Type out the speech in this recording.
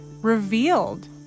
revealed